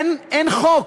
אין חוק.